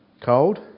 cold